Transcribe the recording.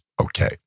okay